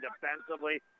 defensively